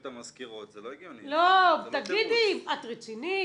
את רצינית?